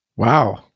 Wow